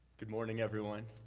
good morning, everyone.